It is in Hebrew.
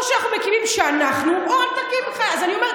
או שאנחנו מקימים כשאנחנו, או אל תקים בכלל.